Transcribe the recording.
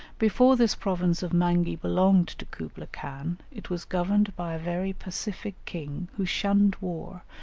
before this province of mangi belonged to kublai-khan it was governed by a very pacific king, who shunned war,